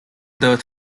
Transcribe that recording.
the